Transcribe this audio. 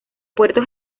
puertos